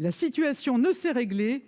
La situation ne s'est réglée